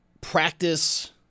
practice